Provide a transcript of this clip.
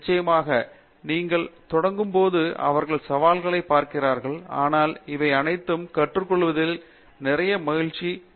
நிச்சயமாக நீங்கள் தொடங்கும் போது அவர்கள் சவால்களைப் பார்க்கிறார்கள் ஆனால் இவை அனைத்தையும் கற்றுக்கொள்வதில் நிறைய மகிழ்ச்சி இருக்கிறது